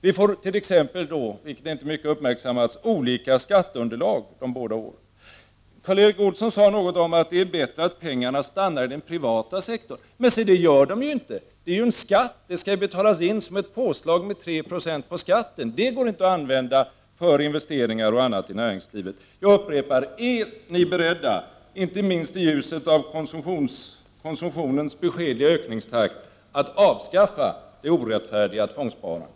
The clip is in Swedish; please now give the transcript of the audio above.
Vi får t.ex., vilket inte uppmärksammats mycket, olika skatteunderlag de båda åren. Karl Erik Olsson sade någonting om att det är bättre att pengarna stannar i den privata sektorn. Men se, det gör de ju inte! Det är en skatt som skall betalas in som ett påslag med 3 26 på preliminärskatten! De pengarna går inte att använda för investeringar och annat i näringslivet. Jag upprepar: Är ni beredda, inte minst i ljuset av konsumtionens beskedliga ökningstakt, att avskaffa det orättfärdiga tvångssparandet?